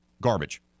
garbage